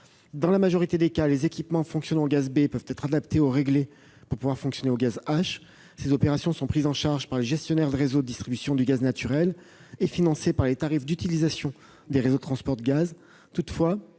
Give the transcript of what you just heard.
Dans la majorité des cas, les équipements fonctionnant au gaz B peuvent être adaptés ou réglés pour pouvoir fonctionner au gaz H. Ces opérations sont prises en charge par les gestionnaires de réseau de distribution du gaz naturel et financées par les tarifs d'utilisation des réseaux de transport de gaz.